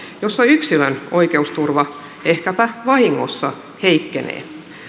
jossa yksilön oikeusturva ehkäpä vahingossa heikkenee